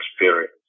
experience